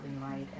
light